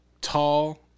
tall